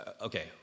okay